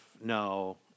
No